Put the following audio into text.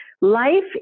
life